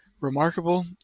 remarkable